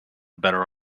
better